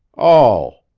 all.